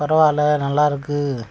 பரவாயில்லை நல்லா இருக்குது